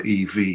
EV